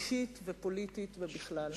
אישית ופוליטית ובכלל.